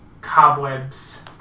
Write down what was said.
Cobwebs